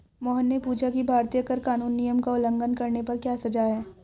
मोहन ने पूछा कि भारतीय कर कानून नियम का उल्लंघन करने पर क्या सजा है?